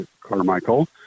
Carmichael